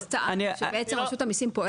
בית המשפט טען שרשות המסים פועלת ללא סמכות בדרך שבה